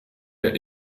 der